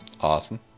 Awesome